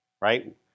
right